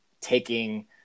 taking